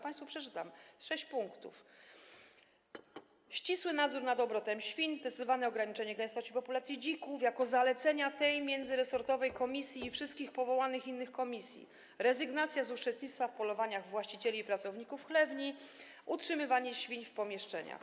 Przeczytam państwu, sześć punktów: ścisły nadzór nad obrotem świń, zdecydowane ograniczenie gęstości populacji dzików - to zalecenia tej międzyresortowej komisji i wszystkich innych powołanych komisji - rezygnacja z uczestnictwa w polowaniach przez właścicieli i pracowników chlewni, utrzymywanie świń w pomieszczeniach.